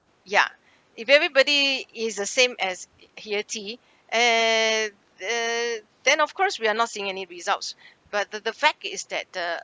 yeah if everybody is the same as healthy uh then of course we are not seeing any results but the the fact is that the